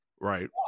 right